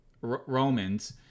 romans